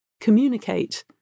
communicate